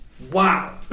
Wow